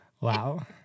Wow